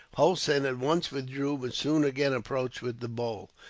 hossein at once withdrew, but soon again approached with the bowl.